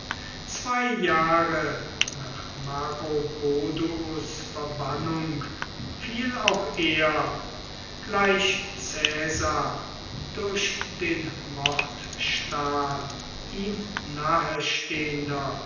zwei jahre nach maroboduus verbannung fiel auch er gleich caesar durch den mordstahl ihm nahestehender